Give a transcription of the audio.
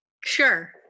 Sure